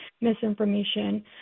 misinformation